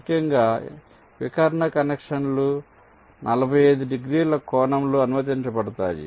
ముఖ్యంగా వికర్ణ కనెక్షన్లు 45 డిగ్రీల కోణంలో అనుమతించబడతాయి